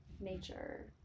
nature